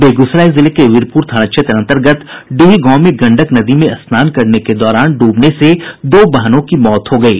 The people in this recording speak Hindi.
बेगूसराय जिले के वीरपुर थाना क्षेत्र अंतगर्त डीह गांव में गंडक नदी में स्नान करने के दौरान डूबने से दो बहनों की मौत हो गयी